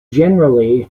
generally